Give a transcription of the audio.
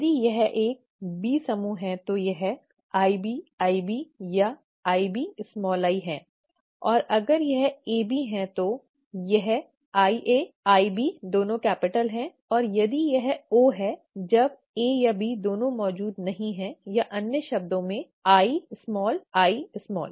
यदि यह एक B समूह है तो यह IB IB या IBi है और अगर यह AB है तो यह IA IB दोनों कैपिटल है और यदि यह O है जब A या B दोनों मौजूद नहीं हैं या अन्य शब्द में ii